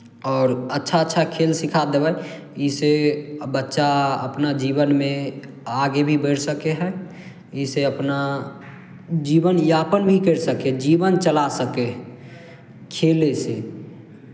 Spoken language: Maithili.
आओर अच्छा अच्छा खेल सिखा देबै ईसँ बच्चा अपना जीवनमे आगे भी बढ़ि सकै हइ ईसँ अपना जीवनयापन भी करि सकै हइ जीवन चला सकै हइ खेलयसँ